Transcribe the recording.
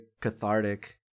cathartic